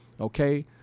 okay